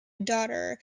daughter